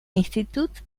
institut